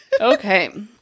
Okay